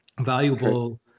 valuable